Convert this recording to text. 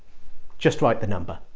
just write the number.